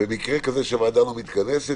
כשוועדה לא רוצה להצביע